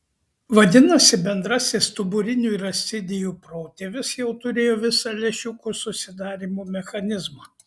vadinasi bendrasis stuburinių ir ascidijų protėvis jau turėjo visą lęšiuko susidarymo mechanizmą